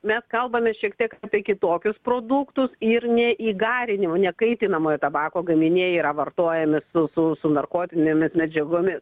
mes kalbame šiek tiek kitokius produktus ir ne į garinimo ne kaitinamojo tabako gaminiai yra vartojami su su su narkotinėmis medžiagomis